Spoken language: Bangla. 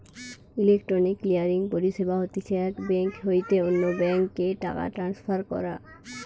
ইলেকট্রনিক ক্লিয়ারিং পরিষেবা হতিছে এক বেঙ্ক হইতে অন্য বেঙ্ক এ টাকা ট্রান্সফার করা